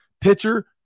pitcher